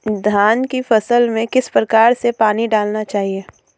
धान की फसल में किस प्रकार से पानी डालना चाहिए?